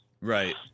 Right